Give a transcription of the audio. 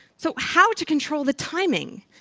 so how to control the timing?